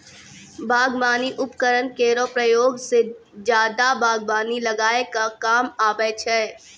बागबानी उपकरन केरो प्रयोग सें जादा बागबानी लगाय क काम आबै छै